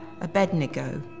Abednego